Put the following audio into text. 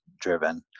driven